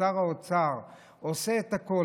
ששר האוצר עושה את הכול,